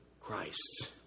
Christ